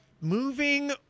Moving